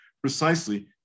precisely